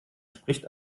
spricht